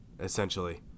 essentially